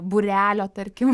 būrelio tarkim